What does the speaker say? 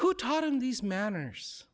who taught in these manners